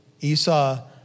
Esau